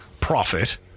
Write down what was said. profit